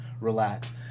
relax